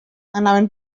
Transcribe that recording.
anaven